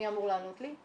מי אמור לענות לי?